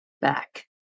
Back